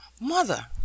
Mother